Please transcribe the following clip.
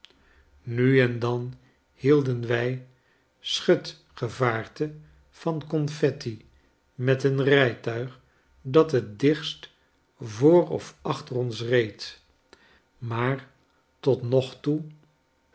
nu en dan hielden wij schutgevaarte van confetti met het rijtuig dat het dichtst voor of achter ons reed maar tot nog toe